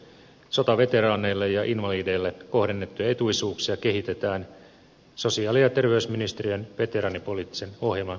sotaveteraaneille ja invalideille kohdennettuja etuisuuksia kehitetään sosiaali ja terveysministeriön veteraanipoliittisen ohjelman linjausten pohjalta